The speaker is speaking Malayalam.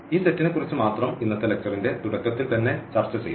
ഈ സെറ്റിനെക്കുറിച്ചു മാത്രം ഇന്നത്തെ ലെക്ച്ചറിന്റെ തുടക്കത്തിൽ തന്നെ ചർച്ചചെയ്തു